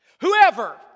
Whoever